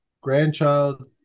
grandchild